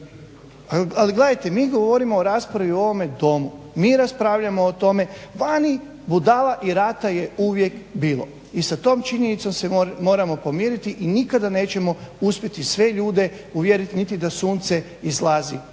Ali gledajte mi govorimo o raspravi u ovome Domu. Mi raspravljamo o tome, vani budala i rata je uvijek bilo i sa tom činjenicom se moramo pomiriti i nikada nećemo uspjeti sve ljude uvjeriti niti da sunce izlazi